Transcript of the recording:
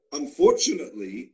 unfortunately